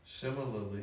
Similarly